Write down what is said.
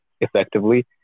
effectively